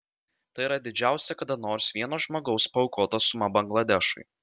tai yra didžiausia kada nors vieno žmogaus paaukota suma bangladešui